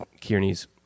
Kearney's